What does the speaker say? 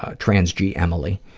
ah trans g emily.